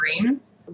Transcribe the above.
dreams